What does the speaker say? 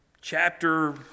chapter